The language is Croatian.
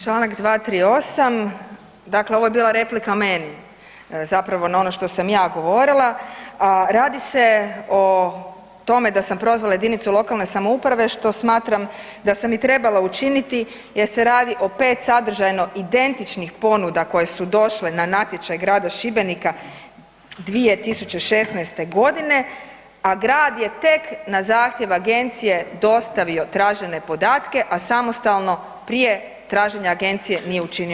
Članak 238., dakle ovo je bila replika meni zapravo na ono što sam ja govorila a radi se o tome da sam prozvala jedinicu lokalne samouprave što smatram da sam i trebala učiniti jer se radi o pet sadržajno identičnih ponuda koje su došle na natječaj grada Šibenika 2016. godine, a grad je tek na zahtjev agencije dostavio tražene podatke, a samostalno prije traženja agencije nije učinio ništa.